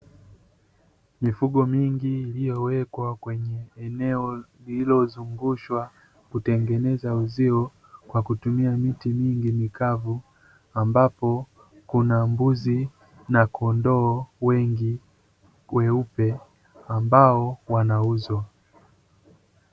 Mifugo mingi iliyowekwa kwenye eneo lililozungushwa kutengeneza uzio kwa kutumia miti mingi mikavu, ambapo kuna mbuzi na kondoo wengi weupe ambao wanauzwa.